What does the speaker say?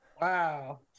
Wow